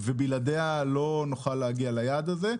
ובלעדיה לא נוכל להגיע ליעד הזה.